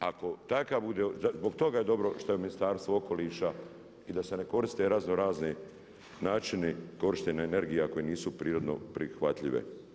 Ako takav bude, zbog toga je dobro što je u Ministarstvu okoliša i da se ne koriste razno razni načini korištenja energija koji nisu prirodno prihvatljive.